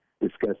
discuss